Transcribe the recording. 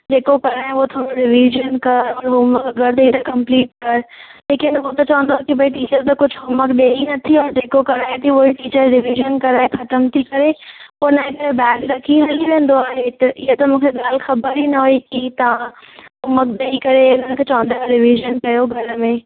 जेको पढ़ाए उहो थोरो रीविशन कर हॉम्वर्क गॾु ई कम्पलीट कर लेकिन उहो त चवंदो की टीचर त कुझु हॉम्वर्क ॾेई नथी ओर जेको कराइती उहो ई टीचर रीविशन कराइ ख़त्मु थी करे पोइ बैग रखी हली वेंदो आए हित त मूंखे ॻाल्हि ख़बर ई ना हुई की तव्हां हॉम्वर्क ॾेई करे हुन खे चवंदा रीविशन कयो घर में